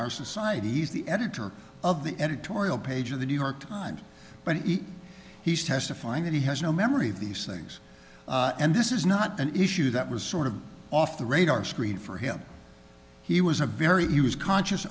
our society he's the editor of the editorial page of the new york times but each he's testifying that he has no memory of these things and this is not an issue that was sort of off the radar screen for him he was a very it was conscious